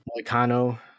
Moicano